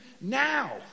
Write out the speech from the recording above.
now